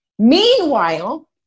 Meanwhile